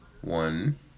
one